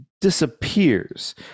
disappears